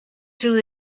through